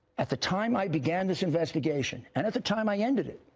at the time i began this investigation, and at the time i ended it,